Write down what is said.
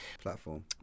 Platform